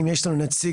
האם יש לנו נציג,